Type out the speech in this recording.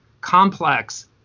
complex